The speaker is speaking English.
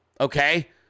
okay